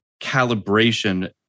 calibration